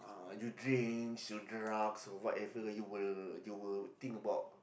uh you drinks you drugs or whatever you will you will think about